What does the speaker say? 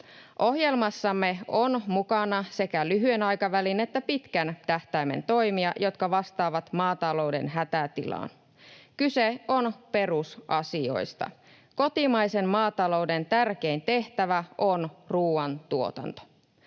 Ohjelmassamme on mukana sekä lyhyen aikavälin että pitkän tähtäimen toimia, jotka vastaavat maatalouden hätätilaan. Kyse on perusasioista. Kotimaisen maatalouden tärkein tehtävä on ruoantuotanto.